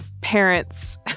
parents